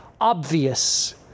obvious